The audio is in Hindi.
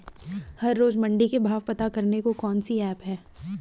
हर रोज़ मंडी के भाव पता करने को कौन सी ऐप है?